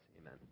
amen